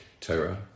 Torah